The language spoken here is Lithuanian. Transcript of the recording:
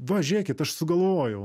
va žiūėkit aš sugalvojau